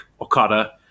Okada